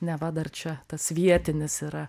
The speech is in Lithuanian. neva dar čia tas vietinis yra